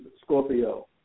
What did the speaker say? Scorpio